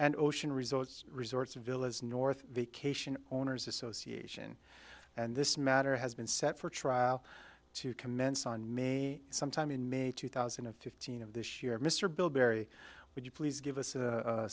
and ocean resorts resorts villas north vacation owners association and this matter has been set for trial to commence on may sometime in may two thousand and fifteen of this year mr bill barry would you please give us a